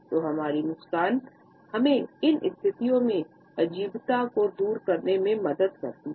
तो हमारी मुस्कान मुस्कान हमें इन स्थितियों की अजीबता को दूर करने में मदद करती है